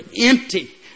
empty